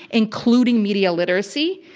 including media literacy,